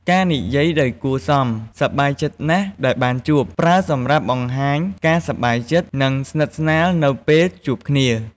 ការនិយាយដោយគួរសម "សប្បាយចិត្តណាស់ដែលបានជួប"ប្រើសម្រាប់បង្ហាញការសប្បាយចិត្ត និងស្និទ្ធស្នាលនៅពេលជួបគ្នា។